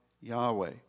Yahweh